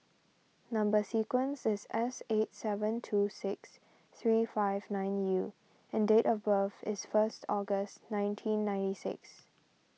Number Sequence is S eight seven two six three five nine U and date of birth is first August nineteen ninety six